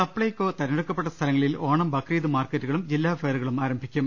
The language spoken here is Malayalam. സപ്ലൈകോ തെരഞ്ഞെടുക്കപ്പെട്ട സ്ഥലങ്ങളിൽ ഓണം ബ ക്രീദ് മാർക്കറ്റുകളും ജില്ലാഫെയറുകളും ആരംഭിക്കും